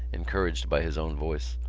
encouraged by his own voice,